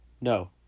no